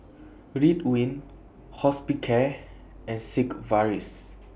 Ridwind Hospicare and Sigvaris